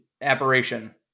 Aberration